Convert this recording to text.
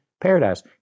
paradise